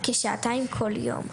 כשעתיים כל יום,